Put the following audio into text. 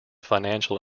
financial